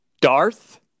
Darth